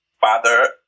father